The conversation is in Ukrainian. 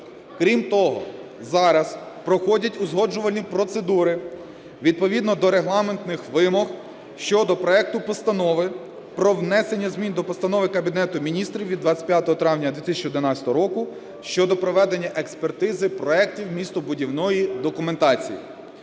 Крім того, зараз проходять узгоджувальні процедури відповідно до регламентних вимог щодо проекту Постанови про внесення змін до Постанови Кабінету Міністрів від 25 травня 2011 року щодо проведення експертизи проектів містобудівної документації.